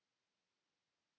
Kiitos.